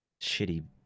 shitty